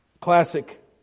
classic